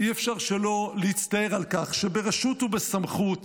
אי-אפשר שלא להצטער על כך שברשות ובסמכות